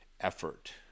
effort